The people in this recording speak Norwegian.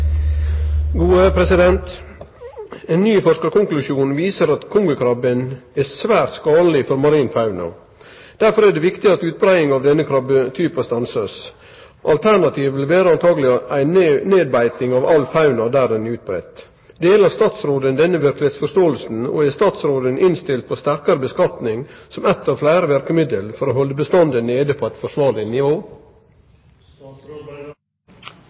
ny forskarkonklusjon viser at kongekrabben er skadeleg for faunaen. Difor er det viktig at utbreiinga av denne krabbetypen blir stansa. Alternativ vil antakeleg vere nedbeiting av all fauna der han er utbreidd. Deler statsråden denne verkelegheitsforståinga, og er statsråden innstilt på sterkare beskatning som eit av fleire verkemiddel for å halde bestanden nede på forsvarleg nivå?»